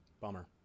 bummer